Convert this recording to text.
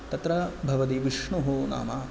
तत्र भवती विष्णुः नाम